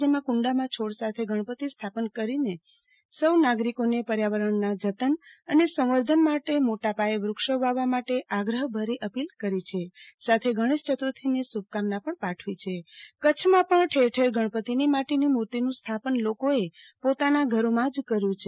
જેમાં કુંડામાં છોડ સાથે ગણપતિ સ્થાપન ગણીને સૌને પર્યાવરણના જ્તન અને સંવર્ધન માટે મોટાપાયે વૃક્ષો વાવવા માટે આગ્રહભરી અપીલ કરી છે કચ્છમાં પણ ઠેર ઠેર ગણપતિની માટીની મુર્તિનું સ્થાપન લોકોએ પોતાના ઘરોમાં જ કર્યું છે